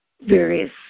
various